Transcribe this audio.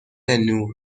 نور